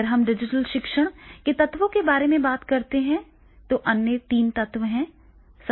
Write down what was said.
अगर हम डिजिटल शिक्षण के तत्वों के बारे में बात करते हैं तो अन्य तीन तत्व हैं